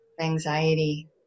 anxiety